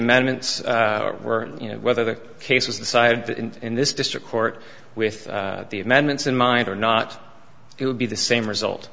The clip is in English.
amendments were you know whether the case was decided in this district court with the amendments in mind or not it would be the same result